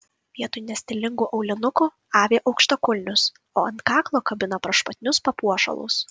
vietoj nestilingų aulinukų avi aukštakulnius o ant kaklo kabina prašmatnius papuošalus